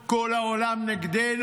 כל העולם נגדנו?